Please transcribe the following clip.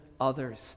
others